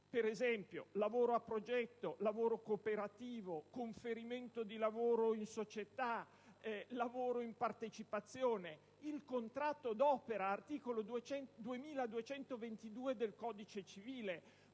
per esempio - al lavoro a progetto, al lavoro cooperativo, al conferimento di lavoro in società, al lavoro in partecipazione, al contratto d'opera (articolo 2222 del codice civile).